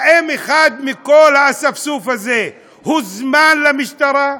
האם אחד מכל האספסוף הזה הוזמן למשטרה?